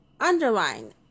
underline